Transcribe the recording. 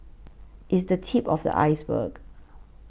it's the tip of the iceberg